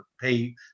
pay